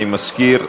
אני מזכיר,